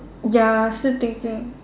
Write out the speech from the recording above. ya still thinking